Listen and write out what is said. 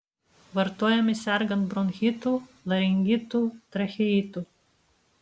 vartojami sergant bronchitu laringitu tracheitu